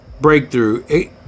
breakthrough